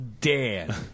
Dan